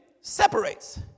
separates